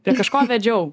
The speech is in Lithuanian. prie kažko vedžiau